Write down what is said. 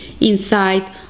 inside